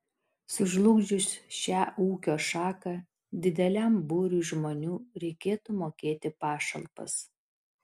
sužlugdžius šią ūkio šaką dideliam būriui žmonių reikėtų mokėti pašalpas